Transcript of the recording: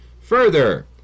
further